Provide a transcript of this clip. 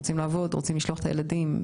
הם רוצים לעבוד ולשלוח את הילדים.